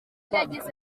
yagize